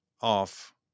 off